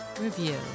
review